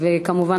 וכמובן,